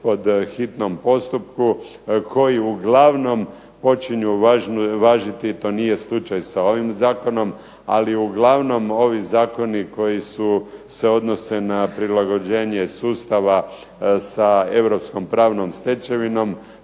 pod hitnom postupku, koji uglavnom počinju važiti, to nije slučaj sa ovim zakonom, ali uglavnom ovi zakoni koji su, se odnose na prilagođenje sustava sa europskom pravnom stečevinom,